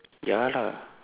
ya lah